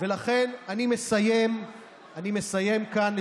כתוצאה מכך,